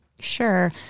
Sure